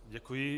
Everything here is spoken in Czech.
Děkuji.